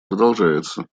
продолжается